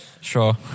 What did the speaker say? Sure